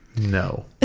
No